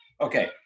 Okay